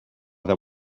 that